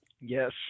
Yes